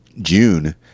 June